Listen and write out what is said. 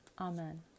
Amen